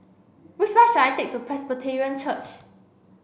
which bus should I take to Presbyterian Church